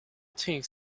things